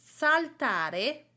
saltare